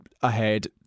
ahead